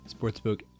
sportsbook